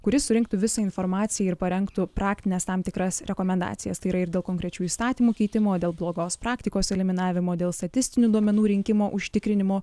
kuri surinktų visą informaciją ir parengtų praktines tam tikras rekomendacijas tai yra ir dėl konkrečių įstatymų keitimo dėl blogos praktikos eliminavimo dėl statistinių duomenų rinkimo užtikrinimo